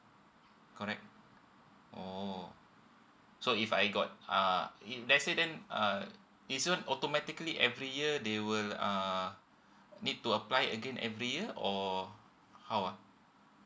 correct oh so if I got uh if let say then uh it so automatically every year they will uh need to apply again every year or how ah